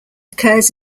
occurs